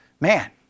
man